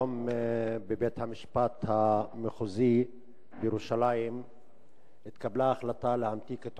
היום התקבלה בבית-המשפט המחוזי בירושלים החלטה להמתיק את